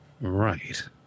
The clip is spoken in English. Right